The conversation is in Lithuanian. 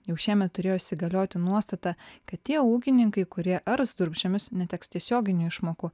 jau šiemet turėjusi galioti nuostata kad tie ūkininkai kurie ars durpžemius neteks tiesioginių išmokų